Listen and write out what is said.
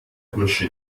bursche